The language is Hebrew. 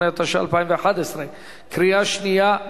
48), התשע"א 2011, קריאה שנייה.